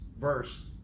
verse